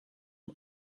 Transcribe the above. hem